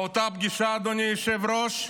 באותה פגישה, אדוני היושב-ראש,